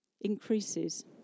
increases